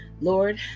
Lord